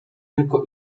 tylko